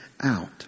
out